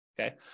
okay